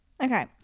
Okay